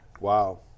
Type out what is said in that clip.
Wow